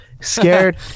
scared